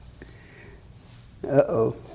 Uh-oh